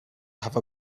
have